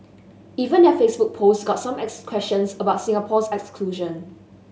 even their Facebook post got some questions about Singapore's exclusion